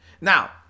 Now